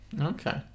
Okay